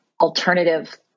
alternative